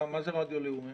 מה זה רדיו לאומי?